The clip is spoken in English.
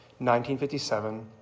1957